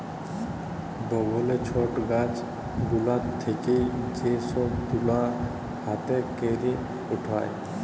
বগলে ছট গাছ গুলা থেক্যে যে সব তুলা হাতে ক্যরে উঠায়